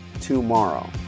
tomorrow